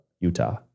Utah